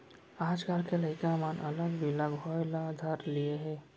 आजकाल के लइका मन अलग बिलग होय ल धर लिये हें